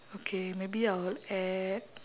okay maybe I'll add